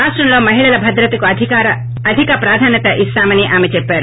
రాష్షంలో మహిళల భద్రతకు అధిక ప్రాధాన్నత ఇస్తామని ఆమె చేప్పారు